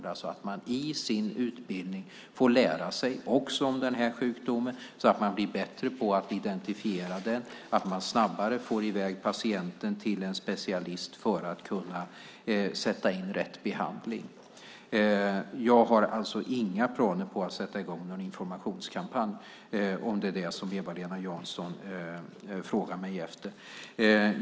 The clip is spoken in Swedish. Det handlar om att man i sin utbildning får lära sig också om den här sjukdomen så att man blir bättre på att identifiera den och snabbare får i väg patienten till en specialist för att kunna sätta in rätt behandling. Jag har inga planer på att sätta i gång en informationskampanj, om det är vad Eva-Lena Jansson efterfrågar av mig.